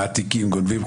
מעתיקים, גונבים חוקים.